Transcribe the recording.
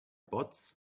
bots